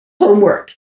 homework